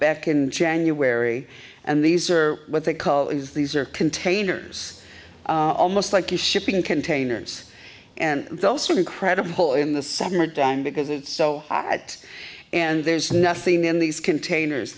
back in january and these are what they call is these are containers almost like the shipping containers and those sort of credible in the summertime because it's so that and there's nothing in these containers